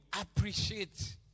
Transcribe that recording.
appreciate